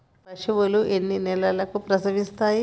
పశువులు ఎన్ని నెలలకు ప్రసవిస్తాయి?